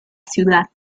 ciudad